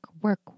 work